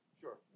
Sure